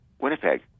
Winnipeg